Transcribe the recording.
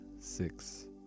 six